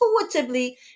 intuitively